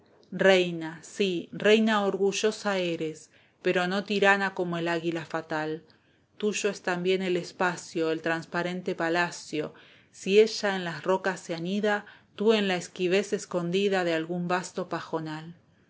reina sí reina orgullosa eres pero no tirana como el águila fatal tuyo es también del espacio el transparente palacio si ella en las rocas se anida tú en la esquivez escondida de algún vasto pajonal